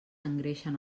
engreixen